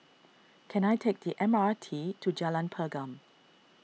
can I take the M R T to Jalan Pergam